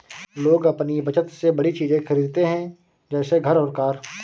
लोग अपनी बचत से बड़ी चीज़े खरीदते है जैसे घर और कार